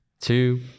two